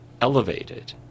elevated